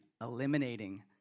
eliminating